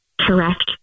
Correct